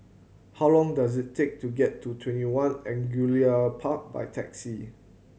how long does it take to get to TwentyOne Angullia Park by taxi